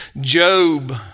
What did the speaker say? Job